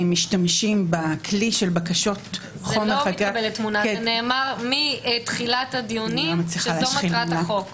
משתמשים בכלי של בקשות- -- נאמר מתחילת הדיונים שזו מטרת החוק.